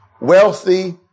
wealthy